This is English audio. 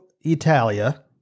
Italia